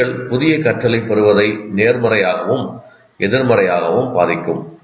உணர்ச்சிகள் புதிய கற்றலைப் பெறுவதை நேர்மறையாகவும் எதிர்மறையாகவும் பாதிக்கும்